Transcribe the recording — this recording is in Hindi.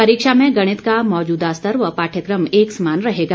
परीक्षा में गणित का मौजूदा स्तर व पाठयक्रम एक समान रहेगा